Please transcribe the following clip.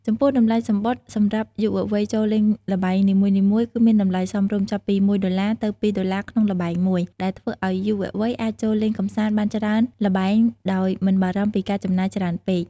ចំពោះ តម្លៃសំបុត្រសម្រាប់យុវវ័យចូលលេងល្បែងនីមួយៗគឺមានតម្លៃសមរម្យ ចាប់ពី ១ ដុល្លារ ទៅ ២ ដុល្លារក្នុងល្បែងមួយ ដែលធ្វើឱ្យយុវវ័យអាចចូលលេងកម្សាន្តបានច្រើនល្បែងដោយមិនបារម្ភពីការចំណាយច្រើនពេក។